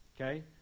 Okay